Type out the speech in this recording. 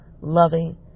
loving